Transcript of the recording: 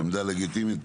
עמדה לגיטימית מאוד.